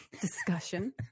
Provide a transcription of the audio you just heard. discussion